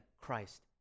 Christ